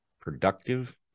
productive